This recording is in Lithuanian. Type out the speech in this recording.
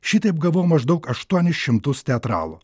šitaip gavau maždaug aštuonis šimtus teatralų